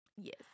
Yes